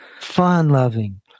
fun-loving